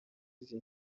izi